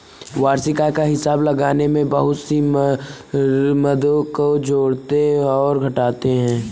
वार्षिक आय का हिसाब लगाने में बहुत सी मदों को जोड़ते और घटाते है